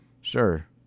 Sure